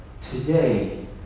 Today